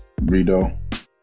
Rido